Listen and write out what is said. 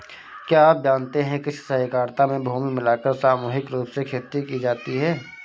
क्या आप जानते है कृषि सहकारिता में भूमि मिलाकर सामूहिक रूप से खेती की जाती है?